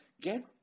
get